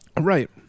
Right